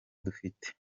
dufite